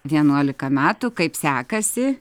vienuolika metų kaip sekasi